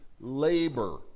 labor